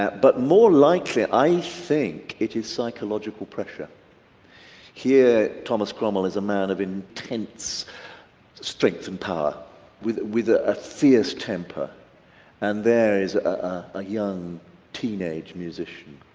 ah but more likely i think it is psychological pressure here. thomas cromwell is a man of intense strength and power with with ah a fierce temper and there is a young teenage musician.